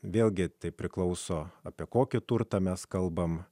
vėlgi tai priklauso apie kokį turtą mes kalbame